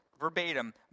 verbatim